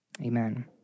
Amen